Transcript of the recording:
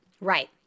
Right